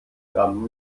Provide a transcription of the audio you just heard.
gramm